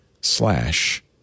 slash